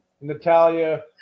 Natalia